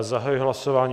Zahajuji hlasování.